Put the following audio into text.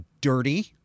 dirty